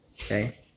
Okay